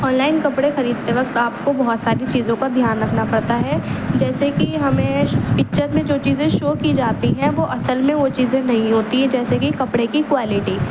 on line کپڑے خریدتے وقت آپ کو بہت ساری چیزوں کا دھیان رکھنا پڑتا ہے جیسے کہ ہمیں پکچر میں جو چیزیں شو کی جاتی ہیں وہ اصل میں وہ چیزیں نہیں ہوتی ہیں جیسے کہ کپڑے کی کوالٹی